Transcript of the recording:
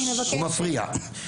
הוא מפריע.